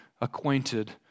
acquainted